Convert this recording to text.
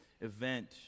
event